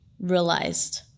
realized